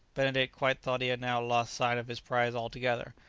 benedict quite thought he had now lost sight of his prize altogether,